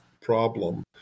problem